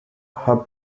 her